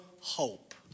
hope